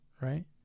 right